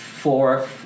four